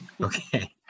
Okay